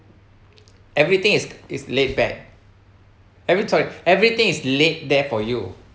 everything is is laid back every sorry everything is laid there for you